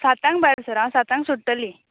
साताक भायर सर हांव साताक सुट्टली